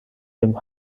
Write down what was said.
dem